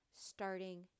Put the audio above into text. starting